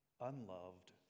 unloved